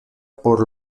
por